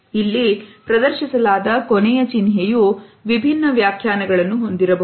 ಇಲ್ಲಿ ಪ್ರದರ್ಶಿಸಲಾದ ಕೊನೆಯ ಚಿಹ್ನೆಯು ವಿಭಿನ್ನ ವ್ಯಾಖ್ಯಾನಗಳನ್ನು ಹೊಂದಿರಬಹುದು